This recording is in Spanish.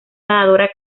nadadora